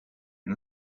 and